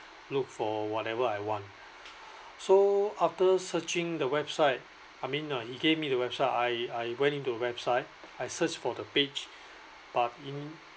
look for whatever I want so after searching the website I mean uh he gave me the website I I went into website I search for the page but in